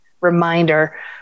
reminder